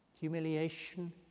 humiliation